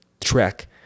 trek